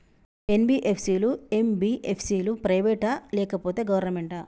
NBFC లు, MBFC లు private ఆ లేకపోతే గవర్నమెంటా?